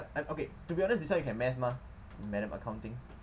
I okay to be honest this one you can math mah madam accounting